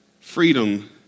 freedom